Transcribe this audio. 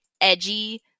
edgy